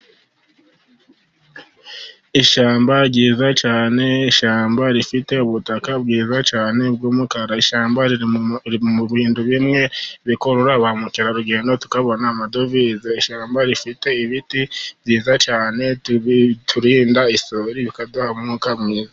Ishyamba ryiza cyane, ishyamba rifite ubutaka bwiza cyane bw'umukara, ishyamba riri mu bintu bimwe bikurura ba mukerarugendo tukabona amadovize, ishyamba rifite ibiti byiza cyane, biturinda isuri bikaduha umwuka mwiza.